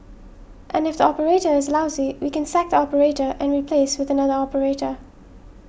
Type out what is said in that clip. and if the operator is lousy we can sack the operator and replace with another operator